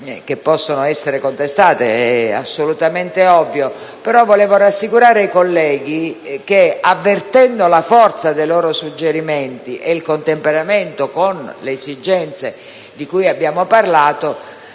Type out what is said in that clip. che possono essere contestate. Voglio, però, rassicurare i colleghi che avvertendo la forza dei loro suggerimenti e il contemperamento con le esigenze di cui abbiamo parlato